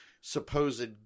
supposed